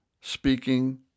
speaking